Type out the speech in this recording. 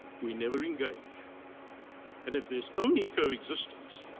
we never engage and if there's only coexistence,